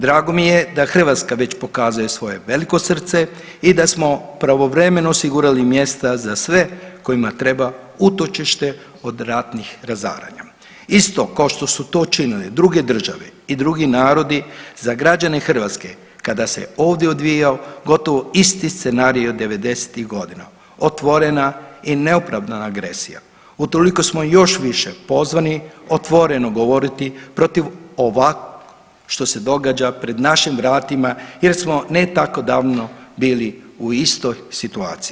Drago mi je da Hrvatska već pokazuje svoje veliko srce i da smo pravovremeno osigurali mjesta za sve kojima treba utočište od ratnih razaranja, isto košto su to činile druge države i drugi narodi za građane Hrvatske kada se ovdje odvijao gotovo isti scenarijo '90.-tih godina, otvorena i neopravdana agresija, utoliko smo još više pozvani otvoreno govoriti protiv ovako što se događa pred našim vratima jer smo ne tako davno bili u istoj situaciji.